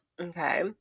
Okay